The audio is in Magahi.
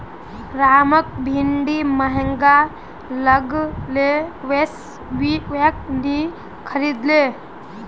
रामक भिंडी महंगा लागले वै स उइ वहाक नी खरीदले